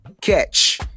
catch